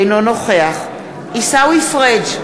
אינו נוכח עיסאווי פריג'